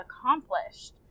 accomplished